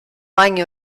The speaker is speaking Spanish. año